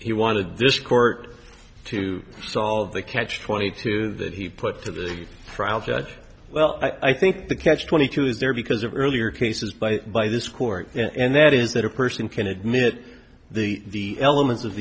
he wanted this court to solve the catch twenty two that he put to the trial judge well i think the catch twenty two is there because of earlier cases by by this court and that is that a person can admit the elements of